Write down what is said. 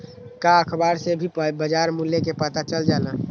का अखबार से भी बजार मूल्य के पता चल जाला?